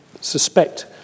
suspect